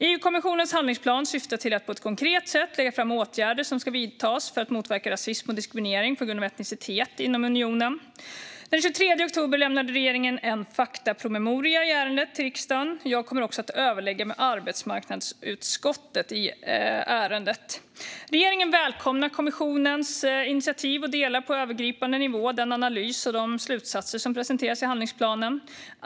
EU-kommissionens handlingsplan syftar till att på ett konkret sätt lägga fram åtgärder som ska vidtas för att motverka rasism och diskriminering på grund av etnicitet inom unionen. Den 23 oktober överlämnade regeringen en faktapromemoria i ärendet till riksdagen. Jag kommer också att överlägga med arbetsmarknadsutskottet i ärendet. Regeringen välkomnar kommissionens initiativ och delar på övergripande nivå den analys och de slutsatser som presenteras i handlingsplanen.